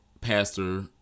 pastor